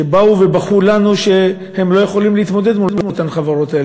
שבאו ובכו לנו שהם לא יכולים להתמודד מול אותן חברות.